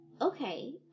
okay